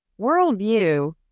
Worldview